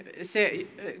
se